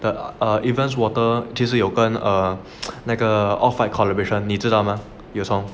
err the event's water 就是有个那个 off white collaboration 你知道吗 you cong